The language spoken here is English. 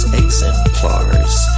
exemplars